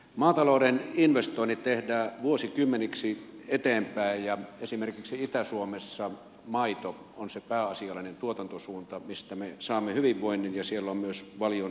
maatalouden investoinnit tehdään vuosikymmeniksi eteenpäin ja esimerkiksi itä suomessa maito on se pääasiallinen tuotantosuunta mistä me saamme hyvinvoinnin ja siellä ovat myös valion suuret tehtaat